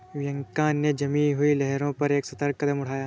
Bianca ने जमी हुई लहरों पर एक सतर्क कदम उठाया